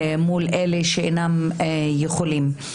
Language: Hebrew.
מול אלה שאינם יכולים.